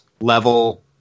level